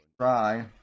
try